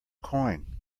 coin